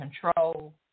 control